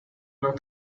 los